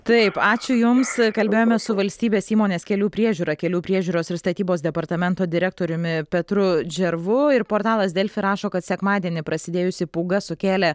taip ačiū jums kalbėjomės su valstybės įmonės kelių priežiūra kelių priežiūros ir statybos departamento direktoriumi petru džervu ir portalas delfi rašo kad sekmadienį prasidėjusi pūga sukėlė